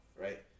right